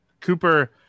Cooper